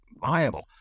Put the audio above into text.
viable